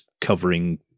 covering